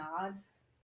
nods